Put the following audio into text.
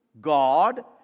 God